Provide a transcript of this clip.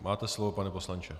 Máte slovo, pane poslanče.